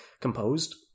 composed